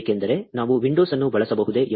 ಏಕೆಂದರೆ ನಾವು ವಿಂಡೋಸ್ ಅನ್ನು ಬಳಸಬಹುದೇ